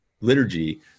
liturgy